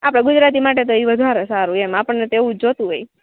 આપળા ગુજરાતી માટે તો ઇ વધારે સારું એમ આપણને તો એવુજ જોતું હોય